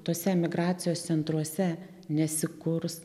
tos emigracijos centruose nesikurs